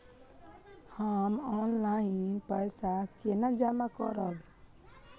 हम ऑनलाइन पैसा केना जमा करब?